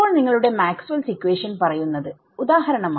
ഇപ്പോൾ നിങ്ങളുടെ Maxwell's equation maxwells equation പറയുന്നത് ഉദാഹരണമായി